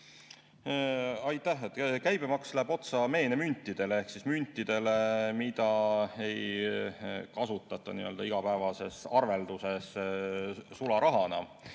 Aitäh! Käibemaks läheb otsa meenemüntidele ehk müntidele, mida ei kasutata igapäevases arvelduses sularahana.